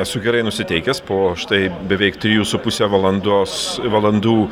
esu gerai nusiteikęs po štai beveik trijų su puse valandos valandų